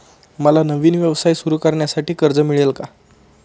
मला नवीन व्यवसाय सुरू करण्यासाठी कर्ज मिळेल का?